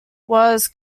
was